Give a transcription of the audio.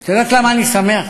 את יודעת למה אני שמח?